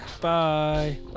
Bye